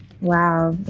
wow